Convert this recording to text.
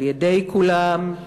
על-ידי כולם,